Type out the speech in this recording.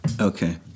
okay